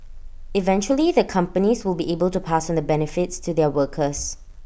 eventually the companies will be able to pass on the benefits to their workers